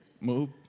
move